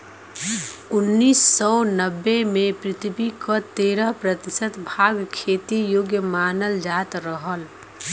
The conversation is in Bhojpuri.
उन्नीस सौ नब्बे में पृथ्वी क तेरह प्रतिशत भाग खेती योग्य मानल जात रहल